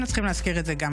מתכבד לפתוח את ישיבת הכנסת.